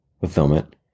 fulfillment